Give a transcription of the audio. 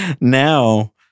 now